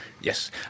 Yes